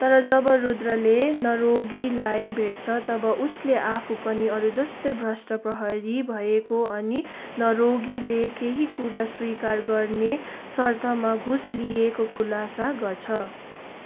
तर जब रुद्रले नरोगीलाई भेट्छृ तब उसले आफू पनि अरुजस्तै भ्रष्ट प्रहरी भएको अनि नरोगीले केही कुरा स्वीकार गर्ने सर्तमा घुस लिएको खुलासा गर्छ